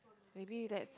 maybe that's